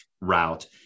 route